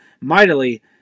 mightily